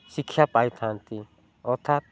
ଶିକ୍ଷା ପାଇଥାନ୍ତି ଅର୍ଥାତ୍